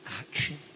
action